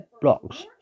blocks